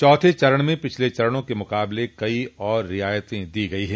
चौथे चरण में पिछले चरणों के मुकाबले कई और रियायतें दी गयी हैं